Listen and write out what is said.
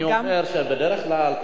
אני אומר שבדרך כלל,